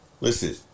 Listen